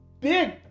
big